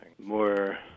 more